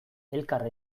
elkar